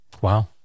Wow